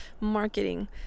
marketing